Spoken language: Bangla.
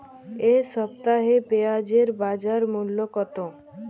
এ সপ্তাহে পেঁয়াজের বাজার মূল্য কত?